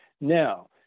Now